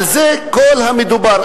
על זה כל המדובר.